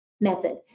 method